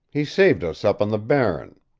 he saved us up on the barren.